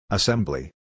Assembly